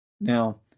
Now